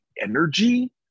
energy